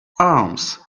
arms